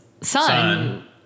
Son